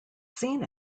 seen